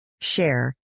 share